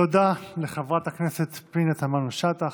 תודה לחברת הכנסת פנינה תמנו שטה.